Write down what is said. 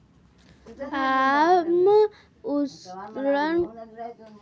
आम उष्णकटिबंधीय पेड़ मैंगिफेरा इंडिका द्वारा उत्पादित किया जाता है